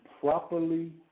properly